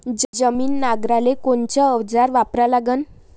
जमीन नांगराले कोनचं अवजार वापरा लागन?